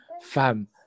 Fam